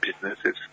businesses